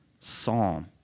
psalm